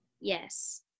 Yes